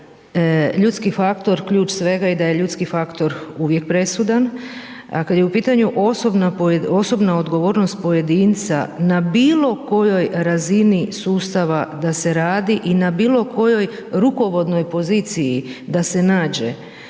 ljudski faktor ključ svega i da je ljudski faktor uvijek presudan, a kad je u pitanju osobna odgovornost pojedinca na kojoj razini sustava da se radi i na bilo kojoj rukovodnoj poziciji da se nađe,